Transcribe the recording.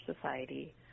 society